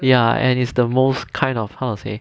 ya and it's the most kind of how to say